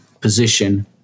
position